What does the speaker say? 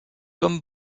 comme